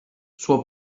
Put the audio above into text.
suo